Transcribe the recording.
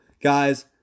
guys